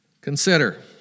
Consider